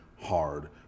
hard